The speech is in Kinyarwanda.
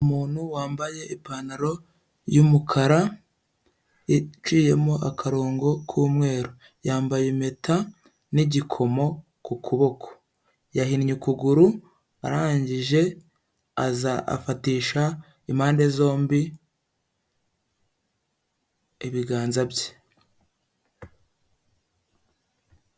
Umuntu wambaye ipantaro y'umukara iciyemo akarongo k'umweru, yambaye impeta n'igikomo ku kuboko, yahinnye ukuguru arangije aza afatisha impande zombi ibiganza bye.